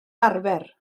arfer